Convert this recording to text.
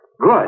Good